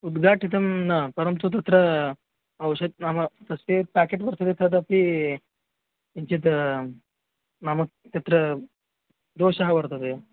उद्घाटितं न परन्तु तत्र औषधेः नाम तस्य यत् पेकेट् वर्तते तद् अपि किञ्चित् नाम तत्र दोषः वर्तते